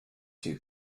too